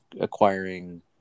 acquiring